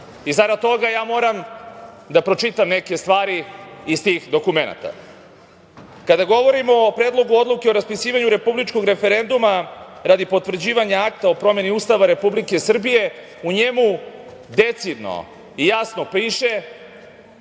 toga, ja moram da pročitam neke stvari iz tih dokumenata. Kada govorimo o Predlogu odluke o raspisivanju republičkog referenduma radi potvrđivanja Akta o promeni Ustava Republike Srbije u njemu decidno i jasno piše